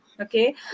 okay